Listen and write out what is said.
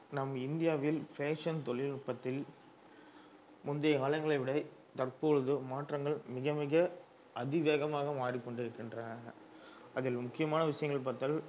நம் இந்தியாவில் ஃபேஷன் தொழில்நுட்பத்தில் முந்தைய காலங்களை விட தற்பொழுது மாற்றங்கள் மிக மிக அதி வேகமாக மாறிக்கொண்டே இருக்கின்றன அதில் முக்கியமான விஷயங்கள் பார்த்தால்